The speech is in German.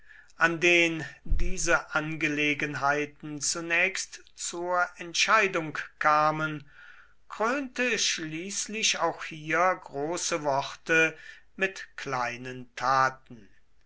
an den diese angelegenheiten zunächst zur entscheidung kamen krönte schließlich auch hier große worte mit kleinen taten